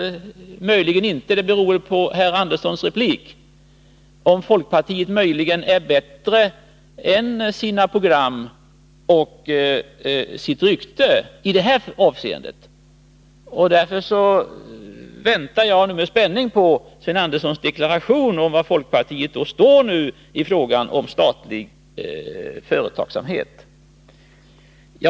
Om jag inte har misstagit mig, kan jag konstatera att folkpartiet i detta avseende är bättre än sina program och sitt rykte. Därför väntar jag nu med spänning på Sven Anderssons deklaration om var folkpartiet står i fråga om statlig företagsamhet.